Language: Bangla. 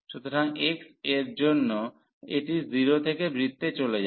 সুতরাং x এর জন্য এটি 0 থেকে বৃত্তে চলে যায়